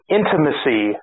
intimacy